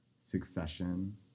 Succession